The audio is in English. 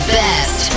best